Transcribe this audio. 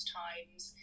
times